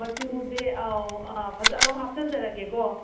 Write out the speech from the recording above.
ꯃꯆꯨꯁꯦ ꯑꯧ ꯑꯥ ꯐꯖꯕ ꯑꯃ ꯍꯥꯞꯆꯤꯟꯖꯔꯛꯑꯒꯦꯀꯣ